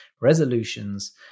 resolutions